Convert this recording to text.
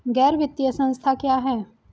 गैर वित्तीय संस्था क्या है?